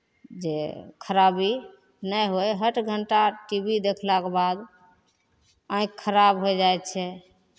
जे खराबी नहि होय हठ घण्टा टी वी देखलाके बाद आँखि खराब होय जाइ छै